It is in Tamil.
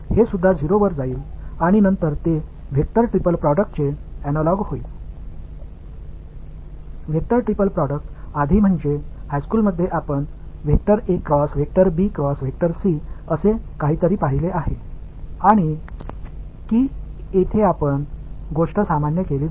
எனவே இது 0 க்குச் செல்லும் பின்னர் ஒரு வெக்டர் ட்ரிபிள் ப்ரோடெக்ட்களின் அனலாக் உள்ளது வெக்டர் ட்ரிபிள் ப்ரோடெக்ட் முன்பு உயர்நிலைப் பள்ளியில் போன்ற ஒன்றை நீங்கள் பார்த்திருக்கிறீர்கள் அதே விஷயம் இங்கே பொதுமைப்படுத்தப்பட்டுள்ளது